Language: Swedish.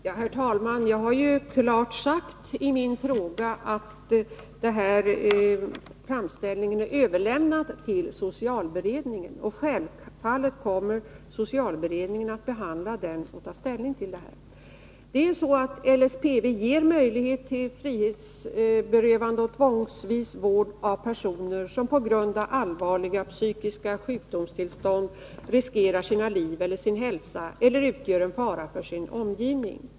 Herr talman! Jag har i mitt svar klart sagt att denna framställning är överlämnad till socialberedningen, som självfallet kommer att behandla den och ta ställning till detta. LSPV ger möjlighet till frihetsberövande och tvångsvis vård av personer som på grund av allvarliga psykiska sjukdomstillstånd riskerar sina liv eller sin hälsa eller utgör en fara för sin omgivning.